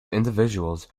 individuals